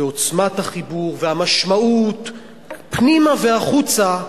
ועוצמת החיבור, והמשמעות פנימה והחוצה,